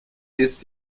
ist